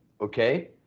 Okay